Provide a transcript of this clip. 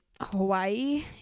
Hawaii